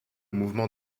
mouvement